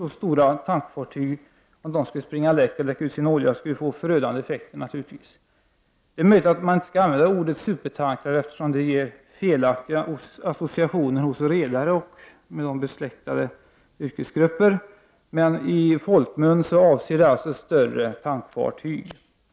Om ett sådant fartyg skulle springa läck och läcka ut sin olja skulle det naturligtvis få förödande effekter. Det är möjligt att man inte skall använda ordet supertanker, eftersom det ger felaktiga associationer hos redare och med dem besläktade yrkesgrupper. Men i folkmun avses alltså större tankfartyg.